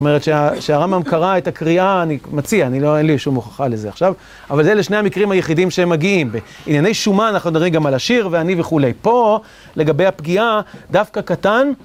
זאת אומרת שהרמב״ם קרא את הקריאה, אני מציע, אני לא, אין לי שום הוכחה לזה עכשיו, אבל זה לשני המקרים היחידים שהם מגיעים, בענייני שומה, אנחנו נראים גם על עשיר, ועני וכולי. פה, לגבי הפגיעה, דווקא קטן...